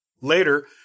Later